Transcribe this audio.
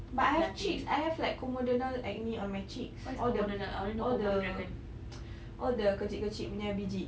but I have cheeks I have like comedonal acne on my cheeks all the all the all the kecil-kecil punya biji